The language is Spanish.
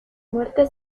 muerte